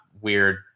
weird